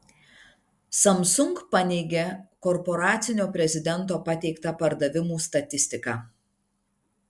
samsung paneigė korporacinio prezidento pateiktą pardavimų statistiką